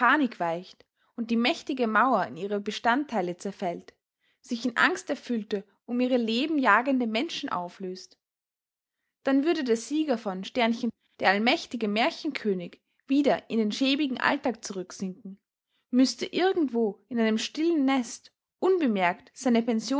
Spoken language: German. weicht und die mächtige mauer in ihre bestandteile zerfällt sich in angsterfüllte um ihre leben jagende menschen auflöst dann würde der sieger von der allmächtige märchenkönig wieder in den schäbigen alltag zurücksinken müßte irgendwo in einem stillen nest unbemerkt